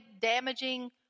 damaging